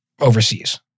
Overseas